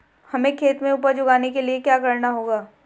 हमें खेत में उपज उगाने के लिये क्या करना होगा?